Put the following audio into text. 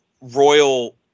Royal